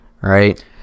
right